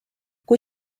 kui